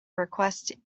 request